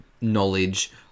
knowledge